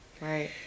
Right